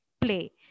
play